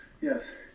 Yes